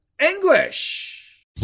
English